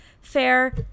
fair